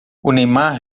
neymar